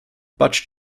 butch